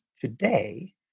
today